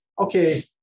okay